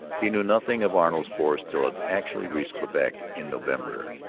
he knew nothing of arnold's force till it actually reached quebec in november.